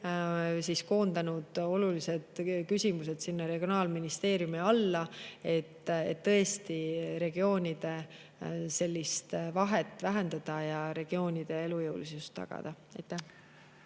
ja koondanud olulised küsimused regionaal[ministri] alla, et tõesti regioonide vahet vähendada ja regioonide elujõulisust tagada.